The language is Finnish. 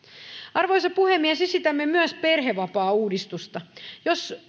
arvoisa puhemies esitämme myös perhevapaauudistusta jos